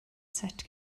set